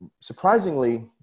surprisingly